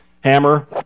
Hammer